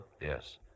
Yes